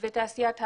תעשיית היי-טק,